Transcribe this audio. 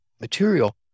material